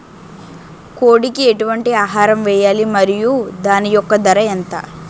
కోడి కి ఎటువంటి ఆహారం వేయాలి? మరియు దాని యెక్క ధర ఎంత?